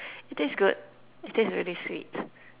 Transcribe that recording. it tastes good it tastes really sweet